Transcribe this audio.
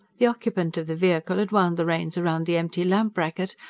the occupant of the vehicle had wound the reins round the empty lamp-bracket,